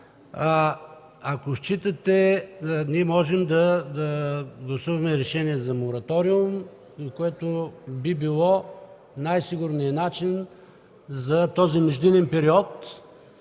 Ако считате, може да гласуваме решение за мораториум, което би било най-сигурният начин за този междинен период,